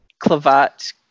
clavat